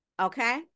Okay